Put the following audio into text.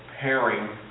pairing